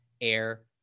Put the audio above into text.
air